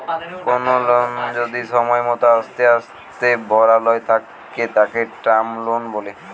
কোনো লোন যদি সময় মতো আস্তে আস্তে ভরালয় তাকে টার্ম লোন বলে